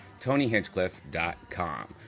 TonyHinchcliffe.com